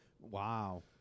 Wow